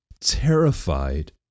terrified